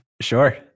Sure